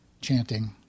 chanting